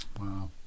wow